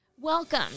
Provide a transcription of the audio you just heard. Welcome